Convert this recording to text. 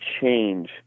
change